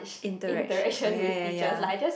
interaction oh ya ya ya